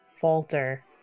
falter